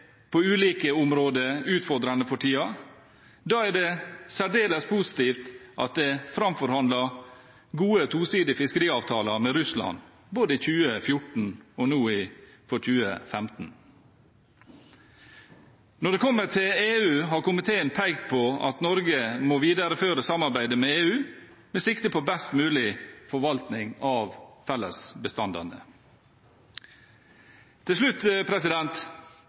på ulike områder utfordrende for tiden, og da er det særdeles positivt at det er framforhandlet gode, tosidige fiskeriavtaler med Russland både i 2014 og nå i 2015. Når det gjelder EU, har komiteen pekt på at Norge må videreføre samarbeidet med EU, med sikte på best mulig forvaltning av fellesbestandene. Til slutt